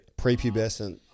Prepubescent